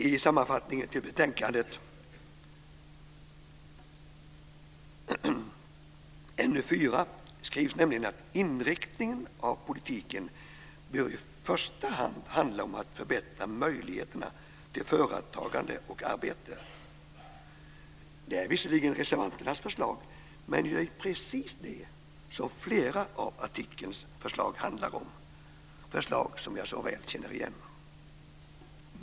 I sammanfattningen till betänkandet NU4 skrivs nämligen att inriktningen av politiken i första hand bör handla om att förbättra möjligheterna för företagande och arbete. Det är visserligen reservanternas förslag, men det är ju precis detta som flera av artikelns förslag handlar om, förslag som jag så väl känner igen.